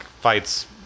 fights